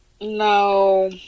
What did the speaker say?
No